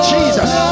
Jesus